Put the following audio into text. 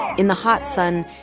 in the hot sun,